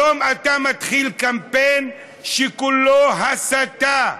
היום אתה מתחיל קמפיין שכולו הסתה,